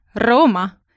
Roma